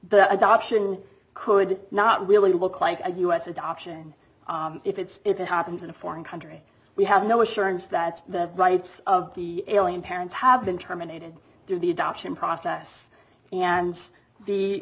the adoption could not really look like a u s adoption if it's if it happens in a foreign country we have no assurance that the rights of the alien parents have been terminated through the adoption process and the